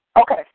Okay